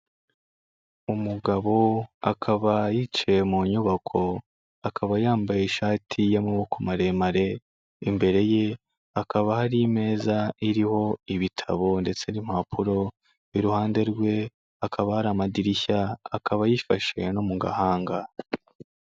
Umugabo akaba yicaye mu nyubako, akaba yambaye ishati y'amaboko maremare, imbere ye hakaba hari imeza iriho ibitabo ndetse n'impapuro, iruhande rwe hakaba hari amadirishya, akaba yifashe no mu gahanga.